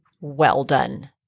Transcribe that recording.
well-done